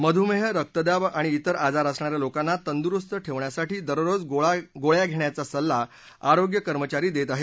मधुमेह रक्तदाव आणि त्रिर आजार असणा या लोकांना तंदुरुस्त ठेवण्यासाठी दररोज गोळ्या घेण्याचा सल्ला आरोग्य कर्मचारी देत आहेत